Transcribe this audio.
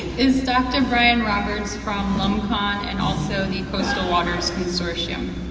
is dr. bryan roberts from lumcon and also the coastal waters consortia.